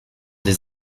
des